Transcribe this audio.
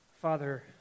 Father